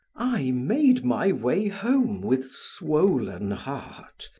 i made my way home with swollen heart,